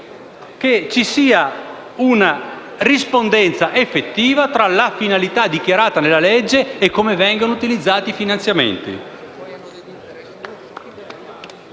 che ci sia una rispondenza effettiva tra la finalità dichiarata nella legge e come vengono utilizzati i finanziamenti.